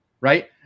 right